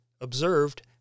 observed